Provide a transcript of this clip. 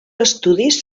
estudis